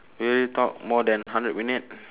we already talk more than hundred minute